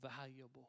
valuable